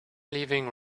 leaving